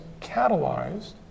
catalyzed